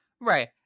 Right